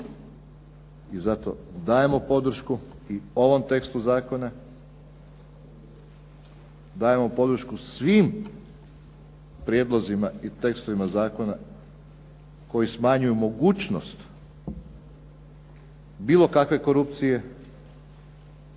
I zato dajemo podršku i ovom tekstu zakona, dajemo podršku svim prijedlozima i tekstovima zakona koji smanjuju mogućnost bilo kakve korupcije,